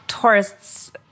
tourists